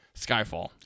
skyfall